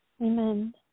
Amen